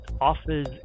offers